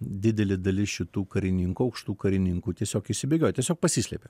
didelė dalis šitų karininkų aukštų karininkų tiesiog išsibėgiojo tiesiog pasislėpė